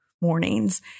mornings